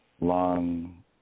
Long